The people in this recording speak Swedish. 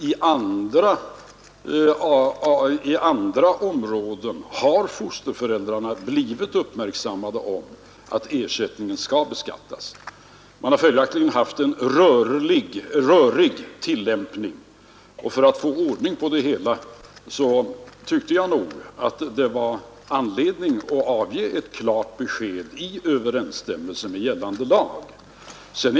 I andra områden har fosterföräldrarna blivit uppmärksammade på att ersättningen skall beskattas. Man har således haft en rörig tillämpning, och för att få ordning på det hela tyckte jag att det var anledning att avge ett klart besked i överensstämmelse med gällande lag.